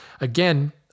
Again